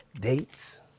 dates